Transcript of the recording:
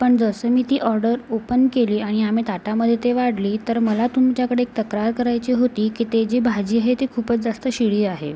पण जसं मी ती ऑर्डर ओपन केली आणि ताटामधे ते वाढली तर मला तुमच्याकडे एक तक्रार करायची होती की ते जी भाजी आहे ती खूपच जास्त शिळी आहे